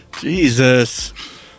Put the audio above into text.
Jesus